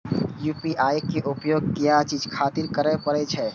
UPI के उपयोग किया चीज खातिर करें परे छे?